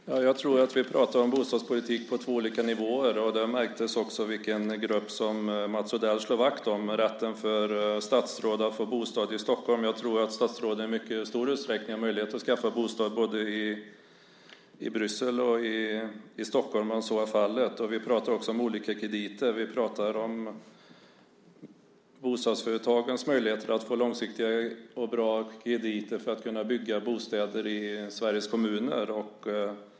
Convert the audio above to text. Fru talman! Jag tror att vi pratar om bostadspolitik på två olika nivåer. Det märktes också vilken grupp som Mats Odell slår vakt om, rätten för statsråd att få bostad i Stockholm. Jag tror att statsråden i mycket stor utsträckning har möjlighet att skaffa bostad både i Bryssel och i Stockholm. Vi pratar också om olika krediter. Vi pratar om bostadsföretagens möjligheter att få långsiktiga och bra krediter för att kunna bygga bostäder i Sveriges kommuner.